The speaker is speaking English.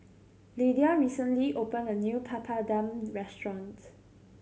Lidia recently opened a new Papadum restaurant